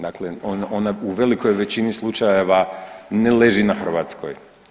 Dakle, ona u velikoj većini slučajeva ne leži na Hrvatskoj.